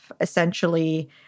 essentially